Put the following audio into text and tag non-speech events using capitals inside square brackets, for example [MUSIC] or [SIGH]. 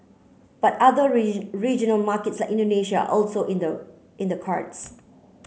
but other [UNINTELLIGIBLE] regional markets like Indonesia also in the in the cards